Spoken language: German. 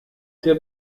der